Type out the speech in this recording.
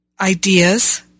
ideas